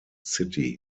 city